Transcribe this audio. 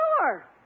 Sure